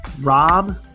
Rob